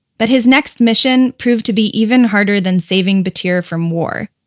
but his next mission proved to be even harder than saving battir from war.